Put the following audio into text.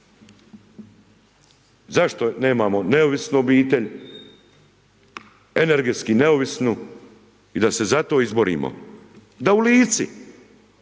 Zašto nemamo neovisnu obitelj, energetski neovisnu i da se za to izborimo, da u Lici,